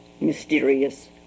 mysterious